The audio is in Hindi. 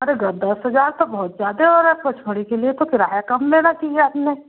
अरे दस हज़ार तो बहुत ज्यादे हो रहा है पचमढ़ी के लिए तो किराया कम लेना चाहिए आपने